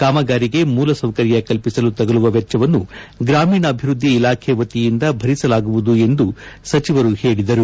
ಕಾಮಗಾರಿಗೆ ಮೂಲಸೌಕರ್ಯ ಕಲ್ಪಿಸಲು ತಗಲುವ ವೆಚ್ಚವನ್ನು ಗ್ರಾಮೀಣಾಭಿವೃದ್ಧಿ ಇಲಾಖೆ ವತಿಯಿಂದ ಭರಿಸಲಾಗುವುದು ಎಂದು ಅವರು ತಿಳಿಸಿದರು